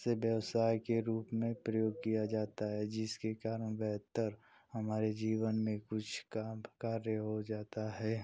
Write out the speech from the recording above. से व्यवसाय के रूप में प्रयोग किया जाता है जिसके कारण बेहतर हमारे जीवन में कुछ काम कार्य हो जाता है